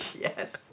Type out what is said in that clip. Yes